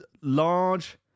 large